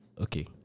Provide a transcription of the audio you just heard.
okay